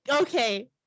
Okay